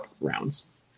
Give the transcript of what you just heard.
rounds